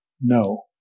No